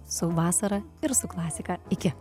su vasara ir su klasika iki